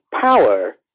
power